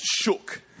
shook